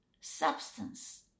substance